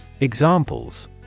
Examples